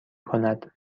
کند